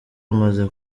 amaze